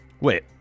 Wait